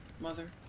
mother